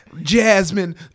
jasmine